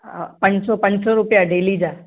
हा पंज सौ पंज सौ रुपिया डेली जा